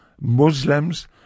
Muslims